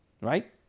right